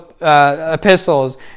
epistles